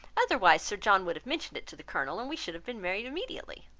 otherwise sir john would have mentioned it to the colonel, and we should have been married immediately.